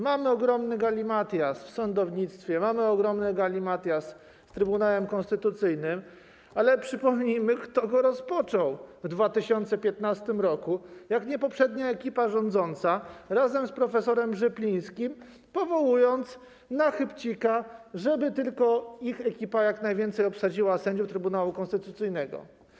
Mamy ogromny galimatias w sądownictwie, mamy ogromny galimatias z Trybunałem Konstytucyjnym, ale przypomnijmy, kto go rozpoczął w 2015 r., kto, jak nie poprzednia ekipa rządząca, razem z prof. Rzeplińskim, powołując na chybcika, żeby obsadzić jak najwięcej stanowisk sędziów Trybunału Konstytucyjnego.